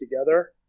together